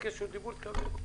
תבקש זכות דיבור, תקבל.